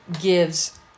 gives